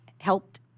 helped